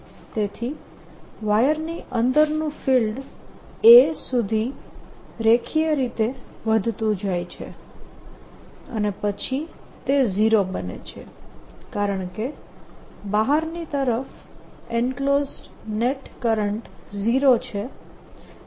તેથી વાયરની અંદરનું ફિલ્ડ a સુધી રેખીય રીતે વધતું જાય છે અને પછી તે 0 બને છે કારણકે બહારની તરફ એન્ક્લોઝડ નેટ કરંટ 0 છે